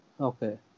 Okay